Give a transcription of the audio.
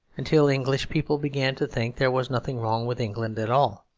until english people began to think there was nothing wrong with england at all.